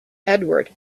edward